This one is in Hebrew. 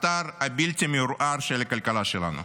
הקטר הבלתי מעורער של הכלכלה שלנו.